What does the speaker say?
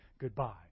goodbye